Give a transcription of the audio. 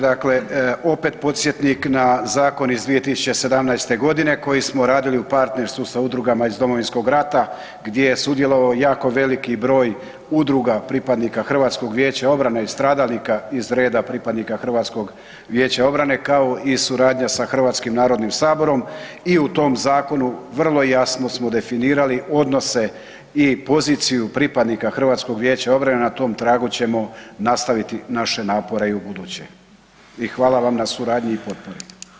Dakle opet podsjetnik na zakon iz 2017.g. koji smo radili u partnerstvu sa udrugama iz Domovinskog rata gdje je sudjelovao jako veliki broj udruga pripadnika HVO-a i stradalnika iz reda pripadnika HVO, kao i suradnja sa Hrvatskim narodnim saborom i u tom zakonu vrlo jasno smo definirali odnose i poziciju pripadnika HVO-a i na tom tragu ćemo nastaviti naše napore i ubuduće i hvala vam na suradnji i potpori.